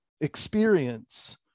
experience